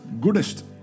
Goodest